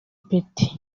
petit